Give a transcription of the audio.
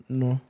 no